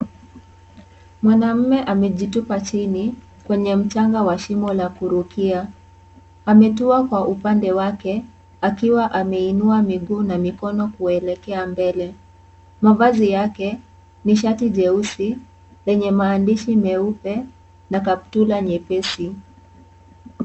Mwanaume amejitupa chini kwenye mchanga wa shimo la kurukia. Ametua kwa upande wake akiwa ameinua miguu na mikono kuelekea mbele. Mavazi yake ni shati jeusi lenye maandishi meupe na kaptula nyepesi.